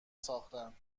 ساختن